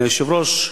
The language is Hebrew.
אדוני היושב-ראש,